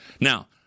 Now